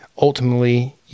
Ultimately